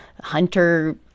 hunter